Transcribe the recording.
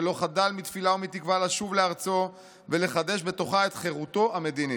ולא חדל מתפילה ומתקווה לשוב לארצו ולחדש בתוכה את חירותו המדינית.